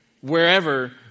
wherever